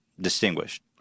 distinguished